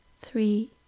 three